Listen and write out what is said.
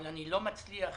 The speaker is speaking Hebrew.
אבל אני לא מצליח